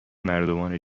مردمان